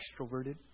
extroverted